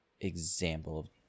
example